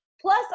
Plus